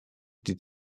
die